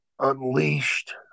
unleashed